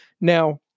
now